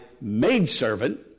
maidservant